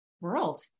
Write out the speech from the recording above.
world